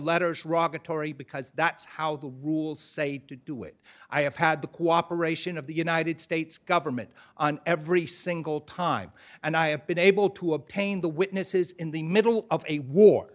letters raga torrie because that's how the rules say to do it i have had the cooperation of the united states government on every single time and i have been able to obtain the witnesses in the middle of a war